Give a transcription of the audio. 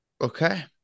Okay